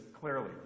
clearly